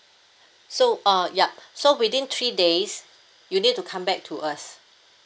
so uh yup so within three days you need to come back to us